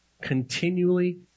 continually